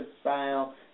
style